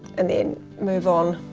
and then move on,